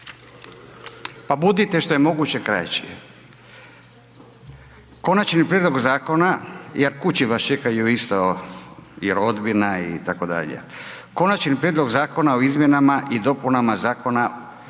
pa budite što je moguće kraći. Konačni prijedlog zakona, jer kući vas čekaju isto i rodbina itd. - Konačni prijedlog Zakona o izmjenama i dopunama Zakona